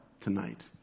tonight